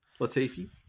Latifi